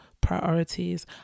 priorities